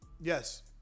Yes